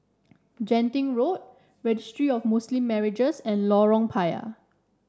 Genting Road Registry of Muslim Marriages and Lorong Payah